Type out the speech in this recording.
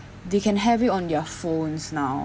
they can have it on their phones now